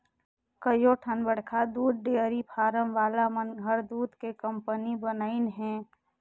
कयोठन बड़खा दूद डेयरी फारम वाला मन हर दूद के कंपनी बनाईंन हें